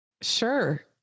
Sure